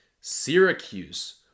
Syracuse